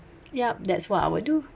yup that's what I would do